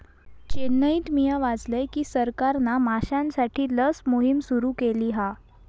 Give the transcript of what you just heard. चेन्नईत मिया वाचलय की सरकारना माश्यांसाठी लस मोहिम सुरू केली हा